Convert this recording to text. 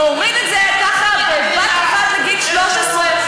להוריד את זה ככה בבת אחת לגיל 13,